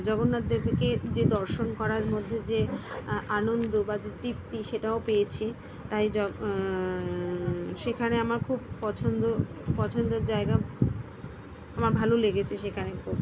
জগন্নাথ দেবকে যে দর্শন করার মধ্যে যে আ আনন্দ বা যে তৃপ্তি সেটাও পেয়েছি তাই জগ সেখানে আমার খুব পছন্দ পছন্দের জায়গা আমার ভালো লেগেছে সেখানে খুব